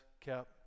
kept